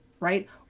right